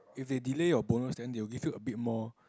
if they delay your bonus then they will give you a bit more